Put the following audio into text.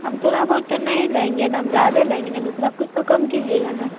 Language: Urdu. ہم تھوڑا بہت تو نہیں لیں گے نا ہم زیادہ لیں گے نا تو تھوڑا کچھ تو کم کیجیے گا نا